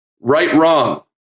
Right-wrong